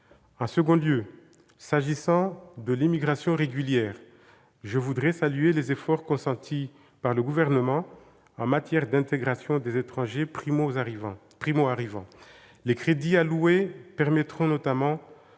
neuf ans. S'agissant de l'immigration régulière, je voudrais saluer les efforts consentis par le Gouvernement en matière d'intégration des étrangers primoarrivants. Les crédits alloués permettront notamment